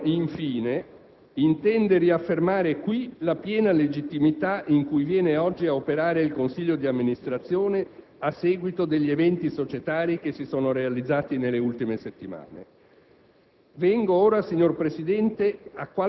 Il Governo, infine, intende riaffermare qui la piena legittimità in cui viene oggi a operare il Consiglio di amministrazione a seguito degli eventi societari che si sono realizzati nelle ultime settimane.